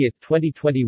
2021